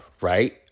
right